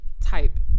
type